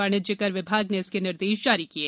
वाणिज्य कर विभाग ने इसके निर्देश जारी किये